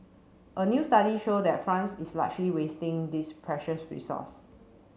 a new study show that France is largely wasting this precious resource